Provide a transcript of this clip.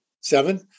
Seven